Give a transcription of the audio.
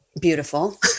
beautiful